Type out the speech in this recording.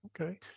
Okay